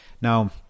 Now